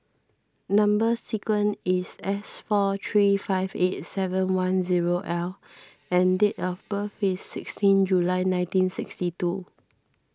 Number Sequence is S four three five eight seven one zero L and date of birth is sixteen July nineteen sixty two